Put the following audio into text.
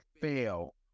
fail